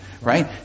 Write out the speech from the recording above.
right